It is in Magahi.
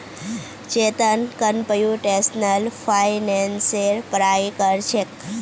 चेतन कंप्यूटेशनल फाइनेंसेर पढ़ाई कर छेक